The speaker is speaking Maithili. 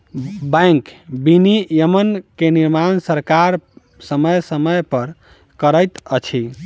बैंक विनियमन के निर्माण सरकार समय समय पर करैत अछि